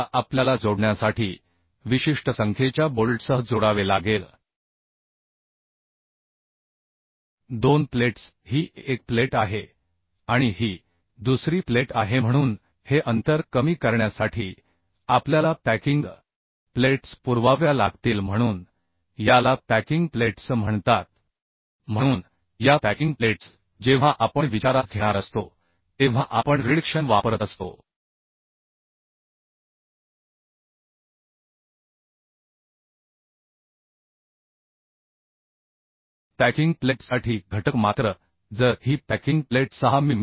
आता आपल्याला जोडण्यासाठी विशिष्ट संख्येच्या बोल्टसह जोडावे लागेल दोन प्लेट्स ही एक प्लेट आहे आणि ही दुसरी प्लेट आहे म्हणून हे अंतर कमी करण्यासाठी आपल्याला पॅकिंग प्लेट्स पुरवाव्या लागतील म्हणून याला पॅकिंग प्लेट्स म्हणतात म्हणून या पॅकिंग प्लेट्स जेव्हा आपण विचारात घेणार असतो तेव्हा आपण रिडक्शन वापरत असतो पॅकिंग प्लेटसाठी घटक मात्र जर ही पॅकिंग प्लेट 6 मि